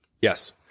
Yes